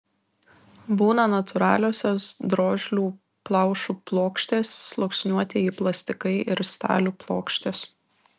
būna natūraliosios drožlių plaušų plokštės sluoksniuotieji plastikai ir stalių plokštės